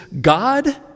God